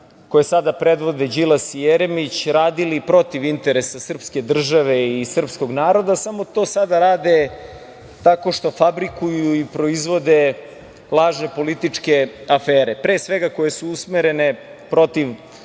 koje sada predvode Đilas i Jeremić, radili protiv interesa srpske države i srpskog naroda, samo to sada rade tako što fabrikuju i proizvode lažne političke afere, pre svega koje su usmerene protiv